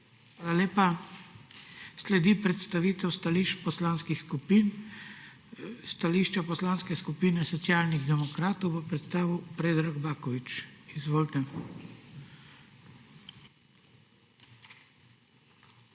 Hvala lepa. Sledi predstavitev stališč poslanskih skupin. Stališče Poslanskih skupine Socialnih demokratov bo predstavil Predrag Baković. Izvolite.